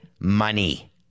money